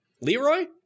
Leroy